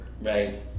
Right